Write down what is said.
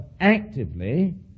actively